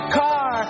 car